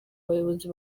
bayobozi